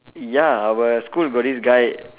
ya our school got this guy